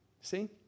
see